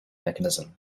mechanism